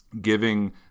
giving